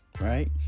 Right